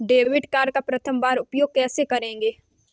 Debit card का प्रथम बार उपयोग कैसे करेंगे?